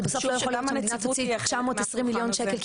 כי בסוף לא יכול להיות שהמדינה תוציא 920 מיליון שקל,